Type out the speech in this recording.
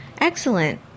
Excellent